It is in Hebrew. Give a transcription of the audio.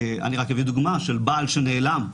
אני רק אביא דוגמה של בעל שנעלם.